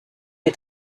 est